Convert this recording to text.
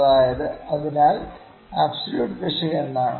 അതിനാൽ അബ്സോല്യൂട്ട് പിശക് എന്താണ്